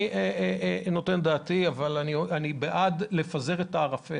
אני בעד לפזר את הערפל,